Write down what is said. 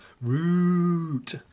Root